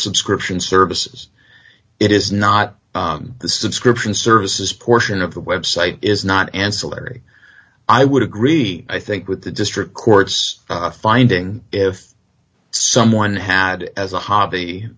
subscription services it is not the subscription services portion of the website is not ancillary i would agree i think with the district court's finding if someone had as a